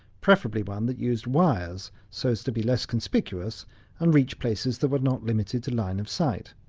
preferably one that used wires so as to be less conspicuous and reach places that were not limited to line of sight.